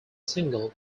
single